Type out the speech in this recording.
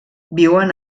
viuen